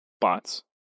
bots